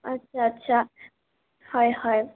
আচ্ছা আচ্ছা হয় হয়